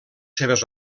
seves